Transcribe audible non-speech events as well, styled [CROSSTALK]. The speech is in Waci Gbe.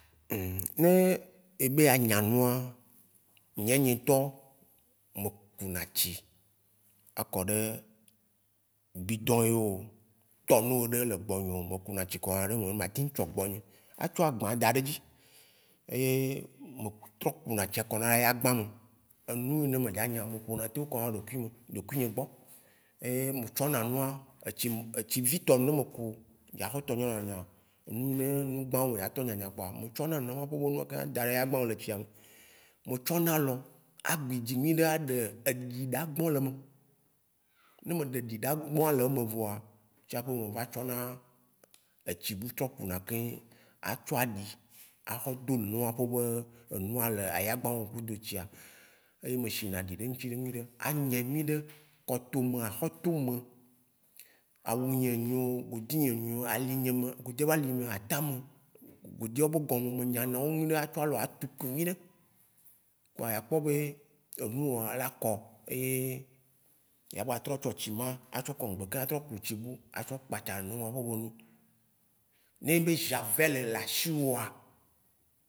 [HESITATION] Ne ebe ya nya nua, nya mye ŋtɔ ŋe ku na tsi makɔɖe bidon yeo, tonneau ɖe le gbɔ nye me gbɔ ku na tsi kɔɖe na ɖe me ma tsiŋ dzɔ gbɔ nye a tsɔ agbɔ̃a daɖe dzi. Eye me k- trɔ kuna kɔnaɖea gbã me. Enuine me dza nya me pona teŋ kɔna ɖekuio, ɖekui nye gbɔ. Eye me tsɔ na nua etsim etsivitɔ ɖe me ku ɖaƒe tonneau ya mea, enu ne nu gbã me mea tɔ nya na kpoa, me tsɔ na nua hóhó nɔ kaka daɖe ya gbɔ le fiame. Me tsɔ na alɔ, a gbidzi nyuiɖe a ɖe eɖiɖa le me. Ne me ɖi ɖa gboa le me vɔa, tsã be me va tsɔ na etsi bu tsɔ ku na ke ye a tsɔ aɖi a xɔ ɖo enua ƒe be enua le aya gbã me kudo etsia, enyi me shi na aɖi ɖe ŋtsi ɖe nyuiɖe, a nyaɛ nyuiɖe, kɔtome, ahɔ tome, awu nye nyo, odi nye nyo, ali nye me, godeo bea alime, atã me. Godeo wa gɔme me nyana wo nyuiɖe a tsɔ alɔ a tutu nyuiɖe, kpoa ya kpɔ be enu wo ya o la kɔeye ya gbã trɔ tsɔ tsi ma a tsɔ kɔŋgbe ke a trɔ ku tsi bu a tsɔ kpatsa nua ƒe be nu. Ne enyi be javel le ashiwoa.